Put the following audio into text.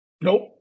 Nope